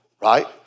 right